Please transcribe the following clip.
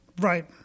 right